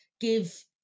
give